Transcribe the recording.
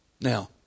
Now